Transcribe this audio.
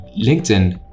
LinkedIn